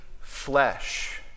flesh